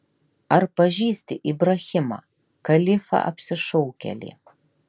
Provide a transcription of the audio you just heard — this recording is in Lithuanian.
ar pažįsti ibrahimą kalifą apsišaukėlį